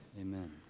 Amen